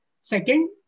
Second